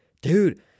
Dude